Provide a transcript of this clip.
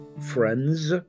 friends